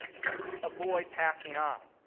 to avoid passing on.